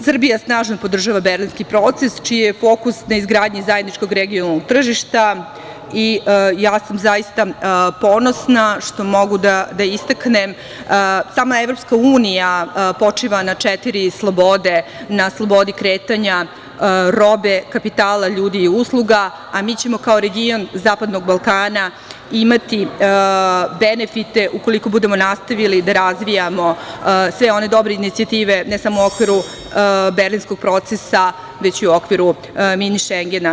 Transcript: Srbija snažno podržava Berlinski proces čiji je fokus na izgradnji zajedničkog regionalnog tržišta i ja sam zaista ponosna što mogu da istaknem sama EU počiva na četiri slobode, na slobodi kretanja robe, kapitala, ljudi i usluga, a mi ćemo kao region Zapadnog Balkana imati benefite, ukoliko budemo nastavili da razvijamo sve one dobre inicijative, ne samo u okviru berlinskog procesa, već i u okviru Mini šengena.